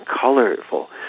colorful